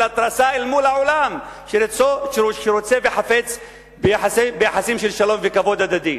ההתרסה אל מול העולם שרוצה וחפץ ביחסים של שלום וכבוד הדדי.